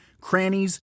crannies